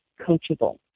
coachable